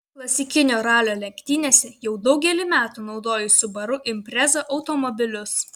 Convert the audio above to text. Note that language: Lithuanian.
klasikinio ralio lenktynėse jau daugelį metų naudoju subaru impreza automobilius